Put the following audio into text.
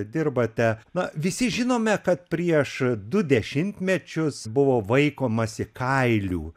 dirbate na visi žinome kad prieš du dešimtmečius buvo vaikomasi kailių